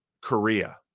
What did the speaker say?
Korea